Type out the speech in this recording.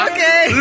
Okay